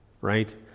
right